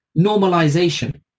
normalization